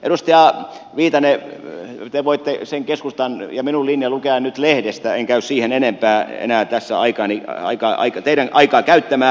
edustaja viitanen te voitte sen keskustan ja minun linjani lukea nyt lehdestä en käy siihen enempää enää tässä teidän aikaanne käyttämään